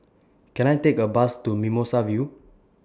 Can I Take A Bus to Mimosa View